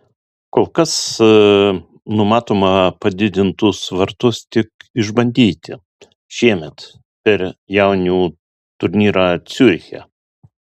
kol kas numatoma padidintus vartus tik išbandyti šiemet per jaunių turnyrą ciuriche